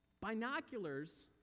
Binoculars